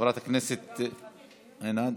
חברת הכנסת עינב,